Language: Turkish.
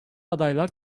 adaylar